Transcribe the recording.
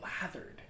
lathered